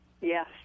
Yes